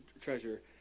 treasure